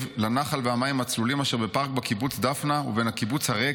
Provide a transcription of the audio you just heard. לנחל והמים הצלולים אשר בפארק בקיבוץ דפנה ובין הקיבוץ הריק,